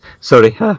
Sorry